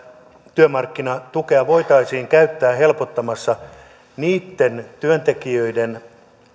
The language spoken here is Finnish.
työmarkkinatukea voitaisiin käyttää helpottamassa niitten työntekijöiden